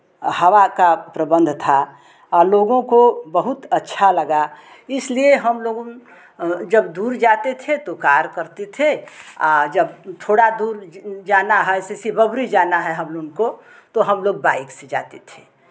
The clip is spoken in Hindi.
हवा का प्रबंध था हम लोगों को बहुत अच्छा लगा इसलिए हम लोग जब दूर जाते थे तो कार करते थे आ जब थोड़ा दूर जाना है जैसे बबुरी जाना है हम लोग को तो हम लोग बाइक से जाते थे